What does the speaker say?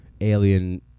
alien